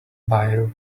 buyer